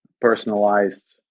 personalized